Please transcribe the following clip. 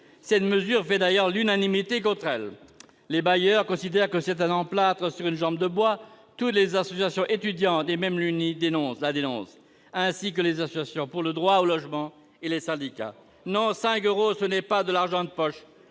Cette mesure fait l'unanimité contre elle : les bailleurs considèrent qu'il s'agit d'un emplâtre sur une jambe de bois et toutes les associations étudiantes, y compris l'UNI, la dénoncent, ainsi que les associations pour le droit au logement et les syndicats. Non, cinq euros, ce n'est pas de l'argent de poche,